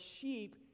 sheep